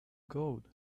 gold